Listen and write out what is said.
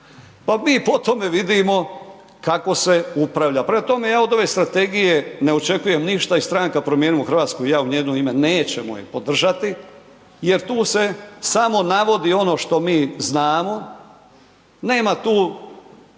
Pa mi po tome vidimo kako se upravlja. Prema tome ja od ove strategije ne očekujem ništa i stranka Promijenimo Hrvatsku i ja u njeno ime nećemo je podržati jer tu se samo navodi ono što mi znamo. Nema tu